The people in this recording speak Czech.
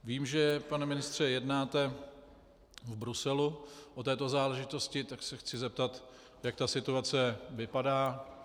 Vím, že, pane ministře, jednáte v Bruselu o této záležitosti, tak se chci zeptat, jak ta situace vypadá.